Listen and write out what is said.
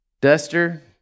duster